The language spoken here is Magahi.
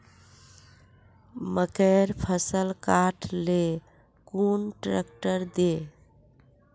मकईर फसल काट ले कुन ट्रेक्टर दे?